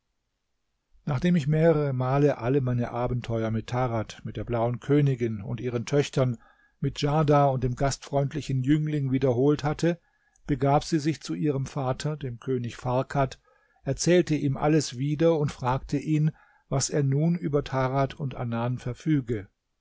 nachdem ich mehrere male alle meine abenteuer mit tarad mit der blauen königin und ihren töchtern mit djarda und dem gastfreundlichen jüngling wiederholt hatte begab sie sich zu ihrem vater dem könig farkad erzählte ihm alles wieder und fragte ihn was er nun über tarad und anan verfüge